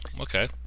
Okay